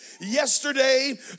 yesterday